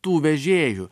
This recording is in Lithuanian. tų vežėjų